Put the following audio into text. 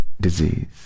disease